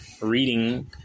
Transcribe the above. reading